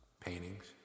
paintings